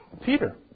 Peter